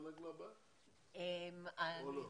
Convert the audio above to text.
הבאה או לא?